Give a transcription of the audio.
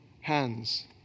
hands